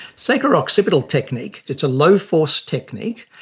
sacro occipital technique, it's a low-force technique,